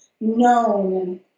known